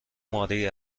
ماری